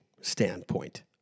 standpoint